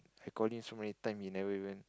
I call him so many time he never even